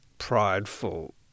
Prideful